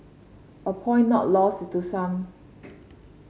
a point not lost to some